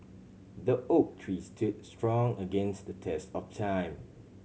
the oak tree stood strong against the test of time